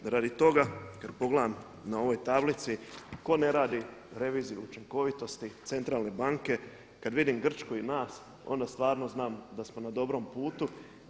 Radi toga kad pogledam na ovoj tablici tko ne radi reviziju učinkovitosti centralne banke, kad vidim Grčku i nas onda stvarno znam da smo na dobrom putu.